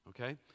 okay